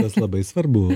tas labai svarbu